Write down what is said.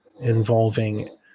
involving